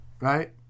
right